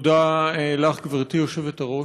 תודה לך, גברתי היושבת-ראש.